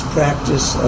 practice